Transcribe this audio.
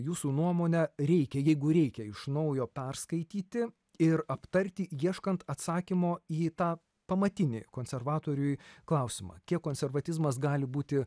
jūsų nuomone reikia jeigu reikia iš naujo perskaityti ir aptarti ieškant atsakymo į tą pamatinį konservatoriui klausimą kiek konservatizmas gali būti